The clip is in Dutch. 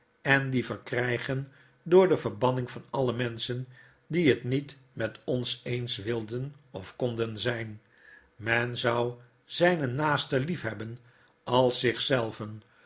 en die verkrijgen door de verbanning van alle menschen die het niet met ons eens wilden of konden zyn men zou yne naasten liefhebben als